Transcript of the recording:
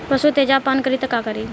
पशु तेजाब पान करी त का करी?